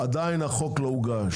החוק עדיין לא הוגש.